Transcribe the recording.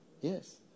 Yes